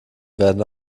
werden